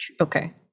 Okay